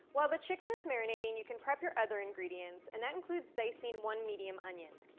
while the chicken is marinating, you can prep your other ingredients, and that includes dicing one medium onion.